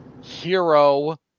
hero